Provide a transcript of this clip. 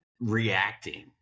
reacting